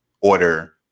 order